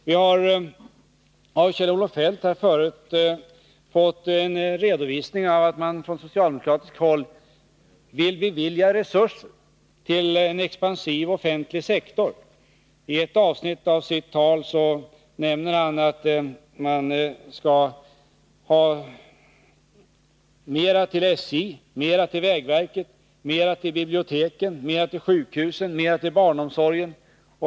Vi har av Kjell-Olof Feldt fått en redovisning av att man på socialdemokratiskt håll vill bevilja resurser till en expansiv offentlig sektor. I ett avsnitt av sitt tal sade han att det skall vara mera till SJ, mera till vägverket, mera till biblioteken, mera till sjukhusen och mera till barnomsorgen.